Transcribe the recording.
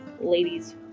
ladies